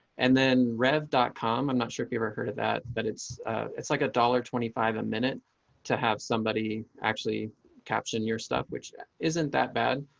and then read of dot-com. i'm not sure if you ever heard of that, but it's it's like a dollar twenty five a minute to have somebody actually caption your stuff, which isn't that bad.